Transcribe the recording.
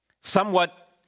somewhat